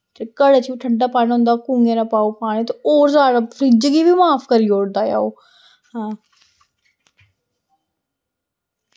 ते घड़े च बी ठंडा पानी होंदा कुएं दा पाओ पानी ते होर जैदा फ्रिज गी बी माफ करी ओड़दा ऐ ओह् हां